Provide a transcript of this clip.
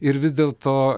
ir vis dėl to